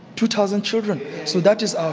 two thousand children. so that is our